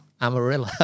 Amarillo